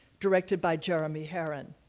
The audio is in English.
directed by jeremy herrin.